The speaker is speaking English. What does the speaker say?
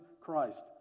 Christ